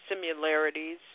similarities